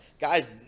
Guys